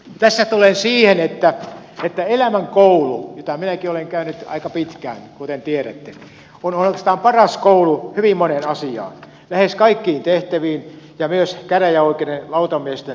tässä tulen siihen että elämänkoulu jota minäkin olen käynyt aika pitkään kuten tiedätte on oikeastaan paras koulu hyvin moneen asiaan lähes kaikkiin tehtäviin ja myös käräjäoikeuden lautamiesten toimintaan